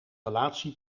relatie